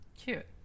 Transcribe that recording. Cute